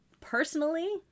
Personally